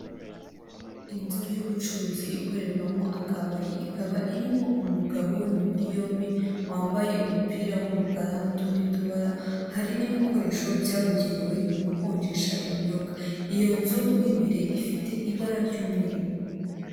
Inzu y'ubucuruzi ikorerwamo akabari, ikaba irimo umugabo w'imibiri yombi wambaye umupira w'umukara n'utundi tubara, hari n'ibikoresho byabugenewe mu gukonjesha ibinyobwa, iyo nzu mu imbere ifite ibara ry'umweru.